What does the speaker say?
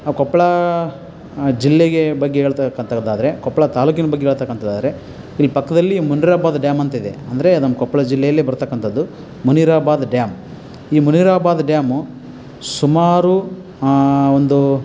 ಆ ಕೊಪ್ಪಳ ಜಿಲ್ಲೆಗೆ ಬಗ್ಗೆ ಹೇಳ್ತಕ್ಕಂಥದ್ದಾದ್ರೆ ಕೊಪ್ಪಳ ತಾಲೂಕಿನ ಬಗ್ಗೆ ಹೇಳ್ತಕ್ಕಂಥದಾದ್ರೆ ಇಲ್ಲಿ ಪಕ್ಕದಲ್ಲಿ ಮುನಿರಾಬಾದ್ ಡ್ಯಾಮ್ ಅಂತ ಇದೆ ಅಂದರೆ ನಮ್ಮ ಕೊಪ್ಪಳ ಜಿಲ್ಲೆಯಲ್ಲೇ ಬರತಕ್ಕಂಥದ್ದು ಮುನಿರಾಬಾದ್ ಡ್ಯಾಮ್ ಈ ಮುನಿರಾಬಾದ್ ಡ್ಯಾಮು ಸುಮಾರು ಒಂದು